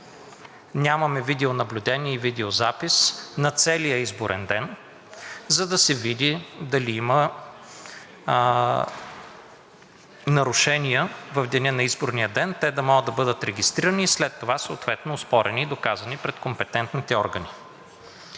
Нямаме видеонаблюдение и видеозапис на целия изборен ден, за да се види дали има нарушения в деня на изборния ден, те да могат да бъдат регистрирани и след това съответно оспорени и доказани пред компетентните органи.